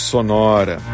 Sonora